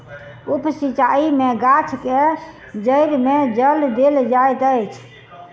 उप सिचाई में गाछ के जइड़ में जल देल जाइत अछि